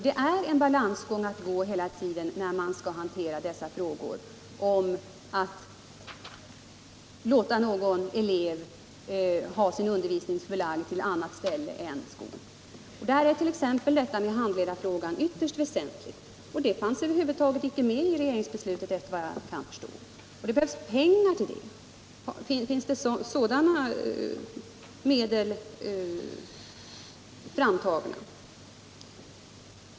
Det är en balansgång hela tiden när man skall låta någon elev ha sin undervisning förlagd till annat ställe än skolan. Då är handledarfrågan ytterst väsentlig. Den fanns såvitt jag förstår över huvud taget inte med i regeringsbeslutet. Det behövs pengar till det. Har man tagit fram de medlen?